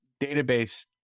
database